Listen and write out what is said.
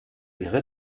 ihre